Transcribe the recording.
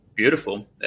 beautiful